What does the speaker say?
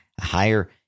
higher